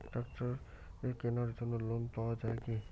ট্রাক্টরের কেনার জন্য লোন পাওয়া যায় কি?